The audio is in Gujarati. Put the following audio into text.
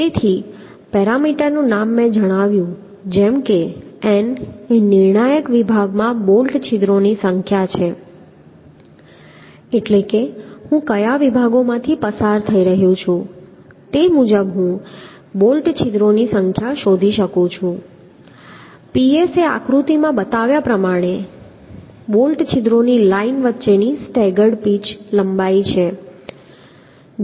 તેથી પેરામીટરનું નામ મેં જણાવ્યું છે જેમ કે n એ નિર્ણાયક વિભાગમાં બોલ્ટ છિદ્રોની સંખ્યા છે એટલે કે હું કયા વિભાગોમાંથી પસાર થઈ રહ્યો છું તે મુજબ હું બોલ્ટ છિદ્રોની સંખ્યા શોધી શકું છું અને ps એ આકૃતિમાં બતાવ્યા પ્રમાણે બોલ્ટ છિદ્રોની લાઇન વચ્ચેની સ્ટેગર્ડ પિચ લંબાઈ છે